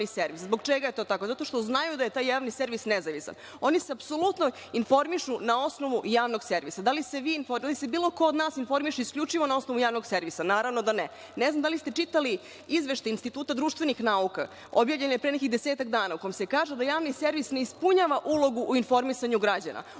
Zbog čega je to tako? Zato što znaju da je javni servis nezavisan. Oni se apsolutno informišu na osnovu javnog servisa. Da li se bilo ko od nas informiše isključivo na osnovu javnog servisa? Naravno da ne. Ne znam da li ste čitali izveštaj Instituta društvenih nauka. Objavljen je pre nekih desetak dana gde se kaže da javni servis ne ispunjava ulogu u informisanju građana.